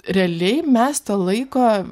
realiai mes to laiko